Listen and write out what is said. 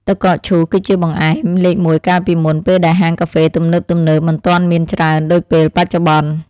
ទឹកកកឈូសគឺជាបង្អែមលេខមួយកាលពីមុនពេលដែលហាងកាហ្វេទំនើបៗមិនទាន់មានច្រើនដូចពេលបច្ចុប្បន្ន។